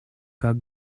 как